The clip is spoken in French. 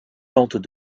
tentent